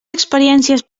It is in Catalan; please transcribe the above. experiències